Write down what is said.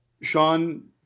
Sean